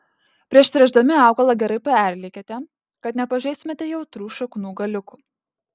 prieš tręšdami augalą gerai perliekite kad nepažeistumėte jautrių šaknų galiukų